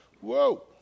Whoa